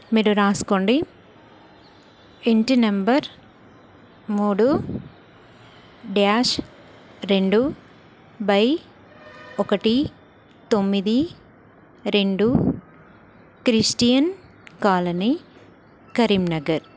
మీరు రాసుకోండి ఇంటి నెంబర్ మూడు డ్యాష్ రెండు బై ఒకటి తొమ్మిది రెండు క్రిస్టియన్ కాలనీ కరీంనగర్